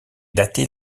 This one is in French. datés